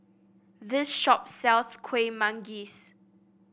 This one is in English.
this shop sells Kuih Manggis